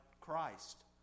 Christ